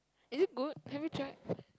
is it good have you tried